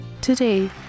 Today